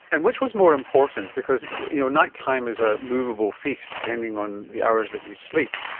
and which was more important, because you know night-time is a movable feast depending on the hours that you sleep.